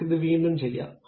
നമുക്ക് ഇത് വീണ്ടും ചെയ്യാം